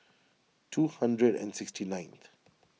two hundred and sixty ninth